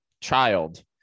child